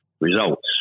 results